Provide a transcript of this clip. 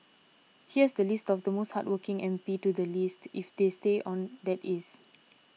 here's the list of the most hardworking M P to the least if they stay on that is